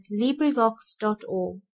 LibriVox.org